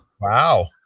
Wow